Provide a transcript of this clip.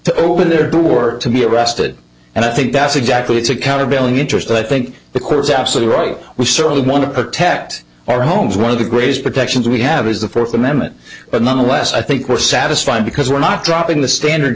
to open their door to be arrested and i think that's exactly it's accountability interest i think the quote was absolutely right we certainly want to protect our homes one of the greatest protections we have is the fourth amendment but nonetheless i think we're satisfied because we're not dropping the standard